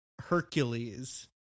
hercules